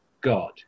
God